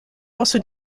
also